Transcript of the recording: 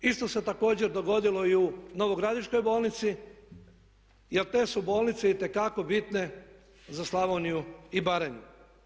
Isto se također dogodilo i u Novogradiškoj bolnici jer te su bolnice itekako bitne za Slavoniju i Baranju.